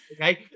Okay